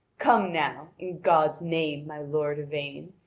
come now, in god's name, my lord yvain,